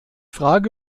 frage